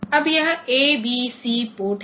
अब यह A B C port है